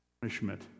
punishment